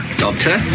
doctor